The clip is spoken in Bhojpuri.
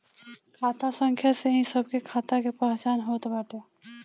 खाता संख्या से ही सबके खाता के पहचान होत बाटे